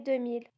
2000